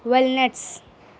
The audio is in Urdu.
ولنٹس